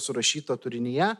surašyta turinyje